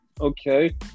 okay